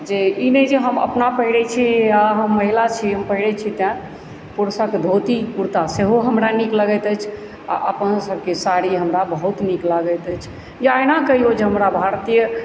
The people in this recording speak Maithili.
जे ई नहि जे हम अपना पहिरैत छी आओर हम महिला छी हम पहिरैत छी तैँ पुरुषके धोती कुर्ता सेहो हमरा नीक लगैत अछि आओर अपन सभके साड़ी हमरा बहुत नीक लगैत अछि या एना कहियौ जे हमरा भारतीय